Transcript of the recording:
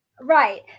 right